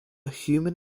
human